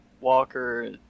Walker